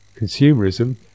consumerism